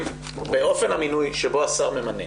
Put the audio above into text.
באופן המינוי שבו השר ממנה